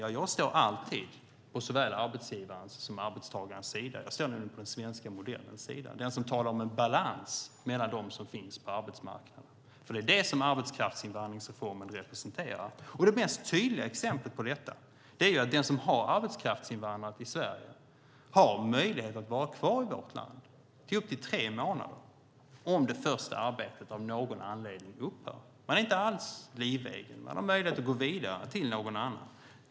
Ja, jag står alltid på såväl arbetsgivarens som arbetstagarens sida. Jag står nämligen på den svenska modellens sida, den som talar om en balans mellan dem som finns på arbetsmarknaden. Det är det som arbetskraftsinvandringsreformen representerar. Det mest tydliga exemplet på detta är att den som har arbetskraftsinvandrat till Sverige har möjlighet att vara kvar i vårt land i upp till tre månader om det första arbetet av någon anledning upphör. Man är inte alls livegen, utan man har möjlighet att gå vidare till någon annan.